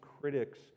critics